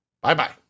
Bye-bye